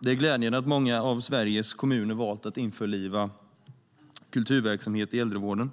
Det är glädjande att många av Sveriges kommuner valt att införliva kulturverksamhet i äldrevården.